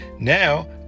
Now